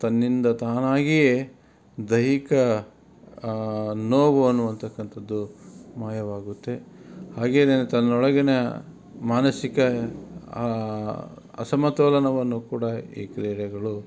ತನ್ನಿಂದ ತಾನಾಗಿಯೇ ದೈಹಿಕ ನೋವು ಅನ್ನುವಂಥಕ್ಕದ್ದು ಮಾಯವಾಗುತ್ತೆ ಹಾಗೇನೇ ತನ್ನೊಳಗಿನ ಮಾನಸಿಕ ಅಸಮತೋಲನವನ್ನು ಕೂಡ ಈ ಕ್ರೀಡೆಗಳು